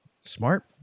Smart